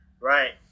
right